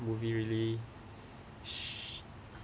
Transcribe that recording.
movie really